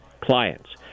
clients